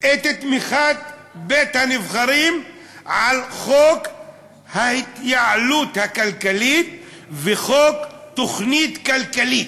את תמיכת בית-הנבחרים בחוק ההתייעלות הכלכלית ובחוק התוכנית הכלכלית.